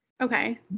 Okay